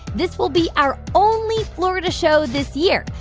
this will be our only florida show this year.